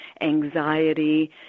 anxiety